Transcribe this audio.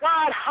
God